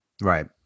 Right